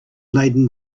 laden